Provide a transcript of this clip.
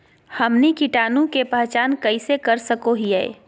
हमनी कीटाणु के पहचान कइसे कर सको हीयइ?